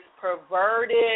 perverted